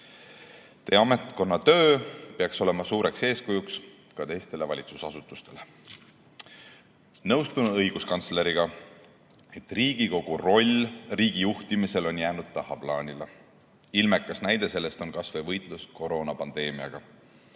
Teie ametkonna töö peaks olema suureks eeskujuks ka teistele valitsusasutustele. Nõustun õiguskantsleriga, et Riigikogu roll riigi juhtimisel on jäänud tahaplaanile. Ilmekas näide sellest on kasvõi võitlus koroonapandeemiaga.